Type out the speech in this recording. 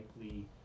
likely